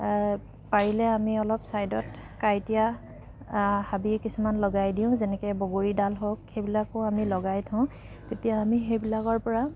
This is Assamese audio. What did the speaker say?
পাৰিলে আমি অলপ ছাইডত কাঁইটীয়া হাবি কিছুমান লগাই দিওঁ যেনেকৈ বগৰীডাল হওক সেইবিলাকো আমি লগাই থওঁ তেতিয়া আমি সেইবিলাকৰ পৰা